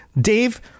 Dave